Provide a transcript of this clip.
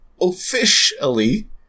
officially